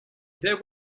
there